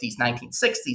1960s